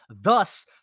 Thus